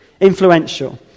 influential